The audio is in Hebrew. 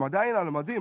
הם עדיין על מדים,